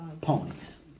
Ponies